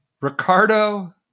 Ricardo